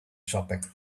shopping